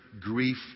grief